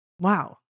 Wow